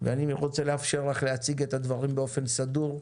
ואני רוצה לאפשר לך להציג את הדברים באופן סדור,